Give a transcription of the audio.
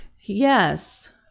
Yes